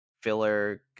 filler